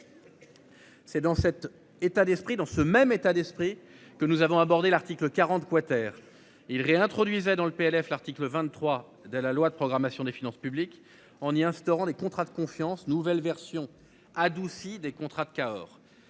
d'esprit dans ce même état d'esprit que nous avons abordé l'article 40 quater il réintroduise est dans le PLF, l'article 23 de la loi de programmation des finances publiques en instaurant des contrats de confiance nouvelle version adoucie des contrats de Cahors.